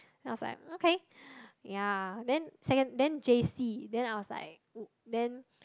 then I was like okay ya then second then J_C then I was like then